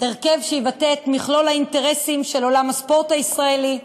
הרכב שיבטא את מכלול האינטרסים של עולם הספורט הישראלי,